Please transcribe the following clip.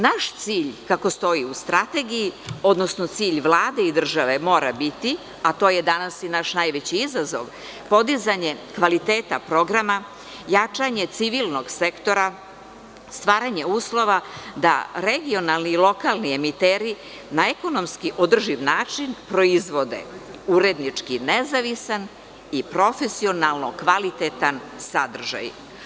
Naš cilj, kako stoji u Strategiji, odnosno cilj Vlade i države mora biti, a to je danas i naš najveći izazov, podizanje kvaliteta programa, jačanje civilnog sektora, stvaranje uslova da regionalni i lokalni emiteri na ekonomski održiv način proizvode urednički nezavisan i profesionalno kvalitetan sadržaj.